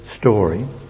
story